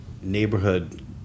neighborhood